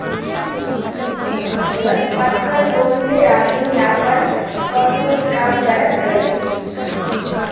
personal loan से आदमी आपन कवनो भी काम करत हवे